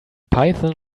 python